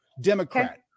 Democrat